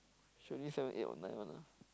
should be seven eight or nine one ah